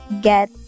get